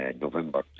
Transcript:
November